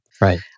Right